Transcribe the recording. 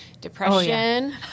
depression